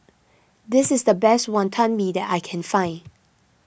this is the best Wonton Mee that I can find